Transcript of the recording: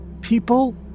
people